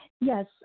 Yes